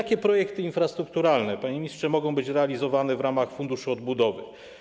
Jakie projekty infrastrukturalne, panie ministrze, mogą być realizowane w ramach Funduszu Odbudowy?